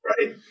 right